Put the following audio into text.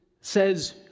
says